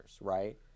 right